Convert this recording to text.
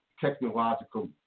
technological